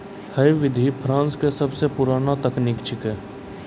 है विधि फ्रांस के सबसो पुरानो तकनीक छेकै